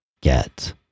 get